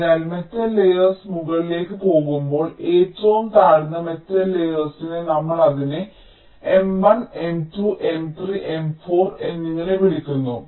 അതിനാൽ metal layers മുകളിലേക്ക് പോകുമ്പോൾ ഏറ്റവും താഴ്ന്ന മെറ്റൽ ലയേഴ്സിനെ നമ്മൾ അതിനെ M1 M2 M3 M4 എന്നിങ്ങനെ വിളിക്കുന്നു